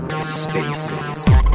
Spaces